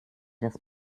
das